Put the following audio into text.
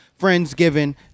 Friendsgiving